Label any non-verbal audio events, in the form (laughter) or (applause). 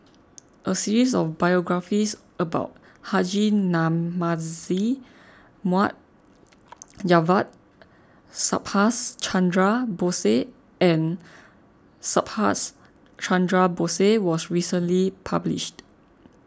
(noise) a series of biographies about Haji Namazie Mohd (noise) Javad Subhas Chandra Bose and Subhas Chandra Bose was recently published